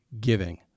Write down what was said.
giving